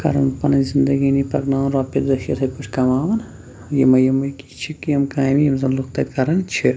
کَرَان پَنٕنۍ زِندگٲنی پکناوان رۄپیہِ دَہ چھِ یِتھَے پٲٹھۍ کَماون یِمَے یِمَے کیٚنہہ چھِ یِم کامہِ یِم زَن لُکھ تَتہِ کَرَان چھِ